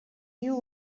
you